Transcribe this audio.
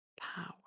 power